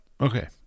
Okay